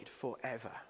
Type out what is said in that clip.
forever